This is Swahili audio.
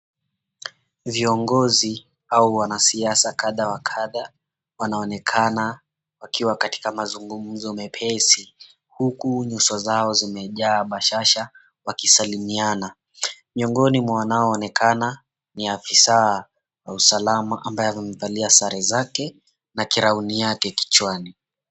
Viongozi au wanasiasa kadha wa kadha wanaonekana wakiwa katika mazungumzo mepesi, huku nyuso zao zikiwa zimejaa bashasha wakisalimiana. Miongini mwa wanaoonekana ni afisaa wa usalama ambae amevalia sare zake na crown yake kichwani.